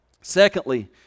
secondly